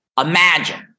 Imagine